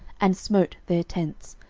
and smote their tents,